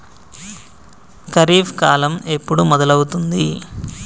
ఖరీఫ్ కాలం ఎప్పుడు మొదలవుతుంది?